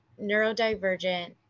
neurodivergent